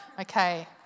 Okay